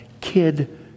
KID